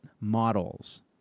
models